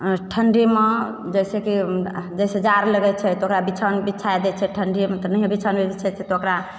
ठण्डीमे जइसेकि जइसे जाड़ लागै छै तऽ ओकरा बिछौन बिछा दै छै ठण्डीमे तऽ नहिए बिछौन बिछबै छै तऽ ओकरा